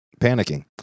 panicking